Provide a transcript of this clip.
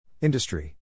Industry